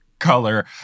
Color